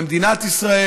במדינת ישראל.